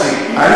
אנחנו פה,